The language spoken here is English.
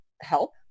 help